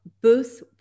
booth